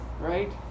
right